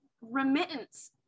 remittance